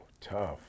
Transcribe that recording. tough